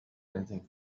anything